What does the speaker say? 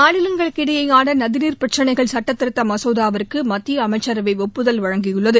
மாநிலங்களுக்கு இடையேயான நதிநீர் பிரச்னைகள் சட்டத்திருத்த மசோதாவுக்கு மத்திய அமைச்சரவை ஒப்புதல் அளித்துள்ளது